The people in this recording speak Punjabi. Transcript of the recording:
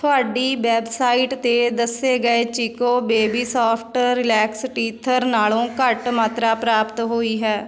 ਤੁਹਾਡੀ ਵੈੱਬਸਾਈਟ 'ਤੇ ਦੱਸੇ ਗਏ Chicco baby soft relax teether ਨਾਲੋਂ ਘੱਟ ਮਾਤਰਾ ਪ੍ਰਾਪਤ ਹੋਈ ਹੈ